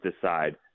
decide